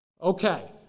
Okay